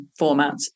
formats